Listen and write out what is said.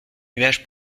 nuages